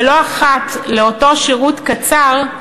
ולא אחת אותו שירות קצר,